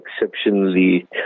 exceptionally